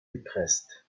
gepresst